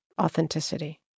authenticity